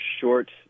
short